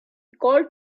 called